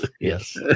Yes